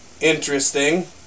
interesting